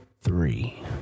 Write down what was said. Three